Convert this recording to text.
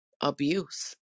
abuse